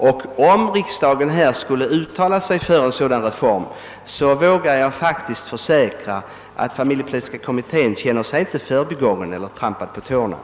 Och om riksdagen skulle uttala sig för en reform, så vågar jag försäkra att familjepolitiska kommittén inte kommer att känna sig förbigången eller trampad på tårna.